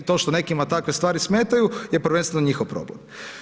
A to što nekima takve stvari smetaju je prvenstveno njihov problem.